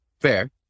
fair